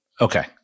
Okay